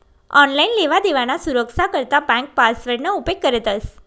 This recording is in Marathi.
आनलाईन लेवादेवाना सुरक्सा करता ब्यांक पासवर्डना उपेग करतंस